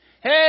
Hey